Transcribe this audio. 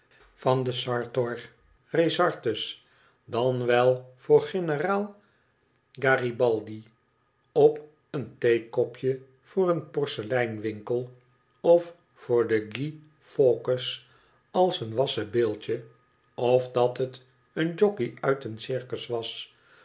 van de sartor resartus dan wel voor g eneraal garibaldi op een theekopje voor een porceleinwinkel of voor g uy eawkes als een wassen beeldje of dat het een jockey uit een circus was